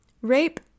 Rape